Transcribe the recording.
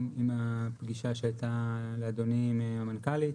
עם הפגישה שהייתה לאדוני עם המנכ"לית,